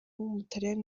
w’umutaliyani